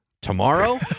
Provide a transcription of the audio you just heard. Tomorrow